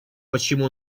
почему